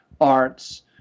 arts